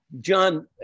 John